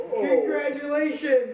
Congratulations